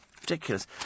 Ridiculous